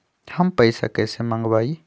हम पैसा कईसे मंगवाई?